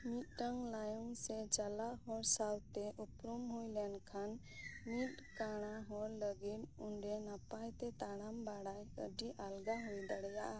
ᱢᱤᱫᱴᱟᱝ ᱞᱟᱭᱚᱝ ᱥᱮ ᱪᱟᱞᱟᱜ ᱦᱚᱲ ᱥᱟᱶᱛᱮ ᱩᱯᱨᱩᱢ ᱦᱩᱭ ᱞᱮᱱᱠᱷᱟᱱ ᱢᱤᱫ ᱠᱟᱬᱟ ᱦᱚᱲ ᱞᱟᱹᱜᱤᱫ ᱚᱸᱰᱮ ᱱᱟᱯᱟᱭᱛᱮ ᱛᱟᱲᱟᱢ ᱵᱟᱲᱟᱭ ᱟᱹᱰᱤ ᱟᱞᱜᱟ ᱦᱩᱭ ᱫᱟᱲᱤᱭᱟᱜ ᱟ